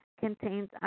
Contains